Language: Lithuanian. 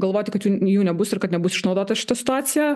galvoti kad jų jų nebus ir kad nebus išnaudota šita situacija